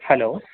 hello